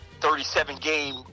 37-game